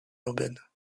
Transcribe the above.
urbaines